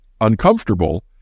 uncomfortable